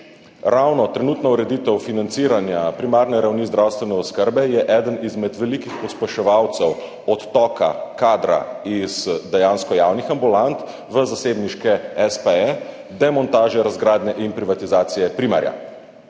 ravno trenutna ureditev financiranja primarne ravni zdravstvene oskrbe je eden izmed velikih pospeševalcev odtoka kadra iz dejansko javnih ambulant v zasebniške espeje, demontaže, razgradnje in privatizacije primarja.